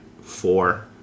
four